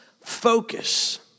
focus